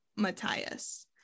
Matthias